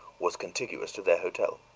was contiguous to their hotel.